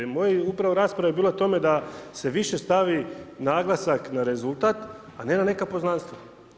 I moja je rasprava bila u tome da se više stavi naglasak na rezultat, a ne na neka poznanstva.